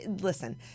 listen